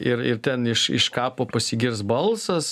ir ir ten iš iš kapo pasigirs balsas